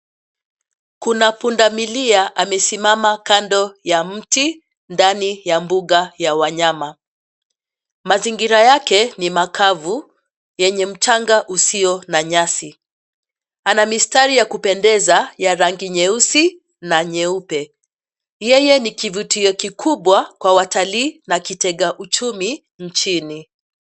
Kuna pundamilia amesimama kando ya mti, ndani ya mbuga ya wanyama. Mazingira yake ni makavu yenye mchanga usio na nyasi. Ana mistari ya kupendeza ya rangi nyeusi na nyeupe. Yeye ni kivutio kikubwa kwa watalii na kitega uchumi, nchini.